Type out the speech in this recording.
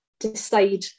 decide